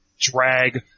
drag